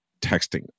texting